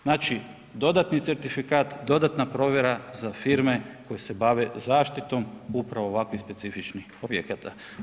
Znači, dodatni certifikat, dodatna provjera za firme koje se bave zaštitom upravo ovakvih specifičnih objekata.